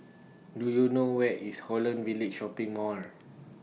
Do YOU know Where IS Holland Village Shopping Mall